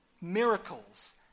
miracles